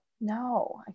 No